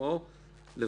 כי אנחנו